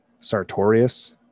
Sartorius